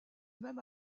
même